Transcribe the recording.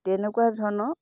তেনেকুৱা ধৰণৰ